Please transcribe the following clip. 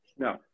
No